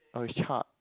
oh is charred